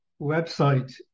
website